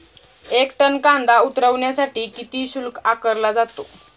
एक टन कांदा उतरवण्यासाठी किती शुल्क आकारला जातो?